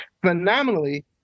phenomenally